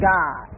God